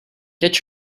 get